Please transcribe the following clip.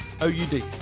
O-U-D